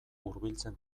hurbiltzen